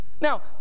Now